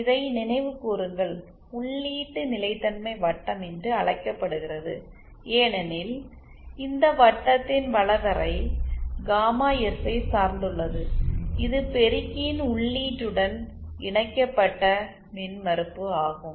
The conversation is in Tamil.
இதை நினைவுகூருங்கள் உள்ளீட்டு நிலைத்தன்மை வட்டம் என்று அழைக்கப்படுகிறது ஏனெனில் இந்த வட்டத்தின் வளைவரை காமா எஸ் ஐ சார்ந்துள்ளது இது பெருக்கியின் உள்ளீட்டுடன் இணைக்கப்பட்ட மின்மறுப்பு ஆகும்